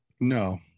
No